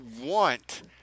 want